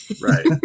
Right